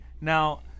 Now